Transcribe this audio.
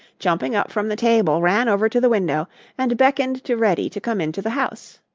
jumping up from the table, ran over to the window and beckoned to reddy to come into the house.